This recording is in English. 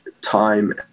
time